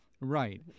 Right